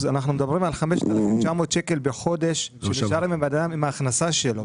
אנחנו מדברים על 5,900 שקל בחודש שנשאר לבן אדם עם ההכנסה שלו.